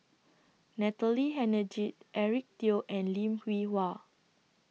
Natalie Hennedige Eric Teo and Lim Hwee Hua